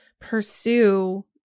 pursue